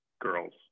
girls